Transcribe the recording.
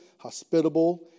...hospitable